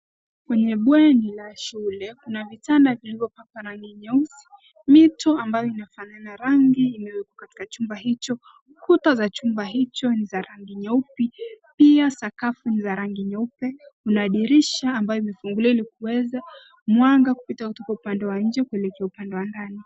Kwenye bweni la shule ,kuna vitanda vilivyopakwa rangi nyeusi, mito ambayo inafanana rangi inayokuwa katika chumba hicho. kuta za chumba hicho ni za rangi nyeupe pia sakafu ni ya rangi nyeupe .Kuna dirisha ambayo imefunguliwa ili kuweza mwanga kupita kutoka upande wa nje kuelekea upande wa ndani.